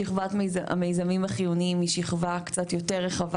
שכבת המיזמים החיוניים היא שכבה קצת יותר רחבה